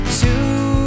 two